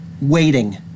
waiting